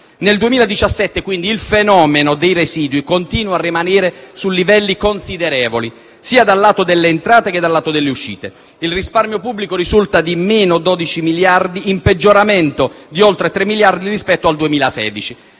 Nel 2017, quindi, il fenomeno dei residui continua a rimanere su livelli considerevoli, sia dal lato delle entrate che dal lato delle uscite. Il risparmio pubblico risulta di meno 12 miliardi di euro, in peggioramento di oltre 3 miliardi rispetto al dato